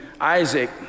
Isaac